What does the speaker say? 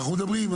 ואנחנו מדברים.